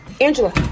Angela